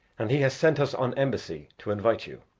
and he has sent us on embassy to invite you.